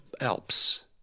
Alps